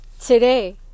today